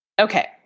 Okay